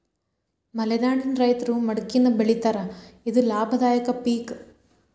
ಮಲೆನಾಡಿನ ರೈತರು ಮಡಕಿನಾ ಬೆಳಿತಾರ ಇದು ಲಾಭದಾಯಕ ಪಿಕ್